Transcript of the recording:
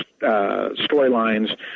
storylines